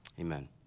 amen